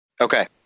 Okay